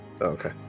Okay